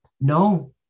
No